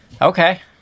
Okay